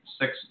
six